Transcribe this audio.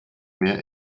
mehr